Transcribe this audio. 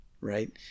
Right